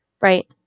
Right